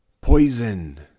Poison